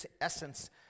essence